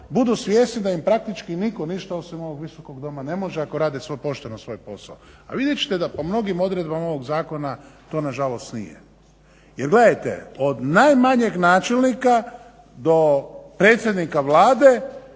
budu svjesni da im praktički nitko ništa osim ovog Visokog oma ne može ako rade pošteno svoj posao. Ali vidjet ćete da po mnogim odredbama ovog zakona to nažalost nije. Jer gledajte od najmanjeg načelnika do predsjednika Vlade